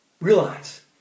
Realize